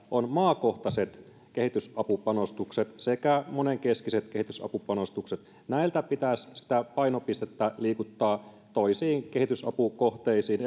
on maakohtaiset kehitysapupanostukset sekä monenkeskiset kehitysapupanostukset näiltä pitäisi sitä painopistettä liikuttaa toisiin kehitysapukohteisiin